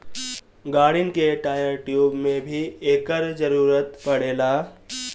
गाड़िन के tyre, tube में भी एकर जरूरत पड़ेला